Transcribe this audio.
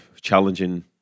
challenging